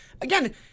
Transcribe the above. again